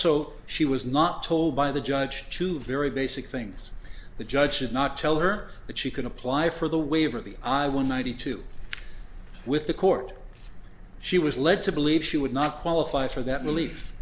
also she was not told by the judge to very basic things the judge should not tell her that she could apply for the waiver of the odd one ninety two with the court she was led to believe she would not qualify for that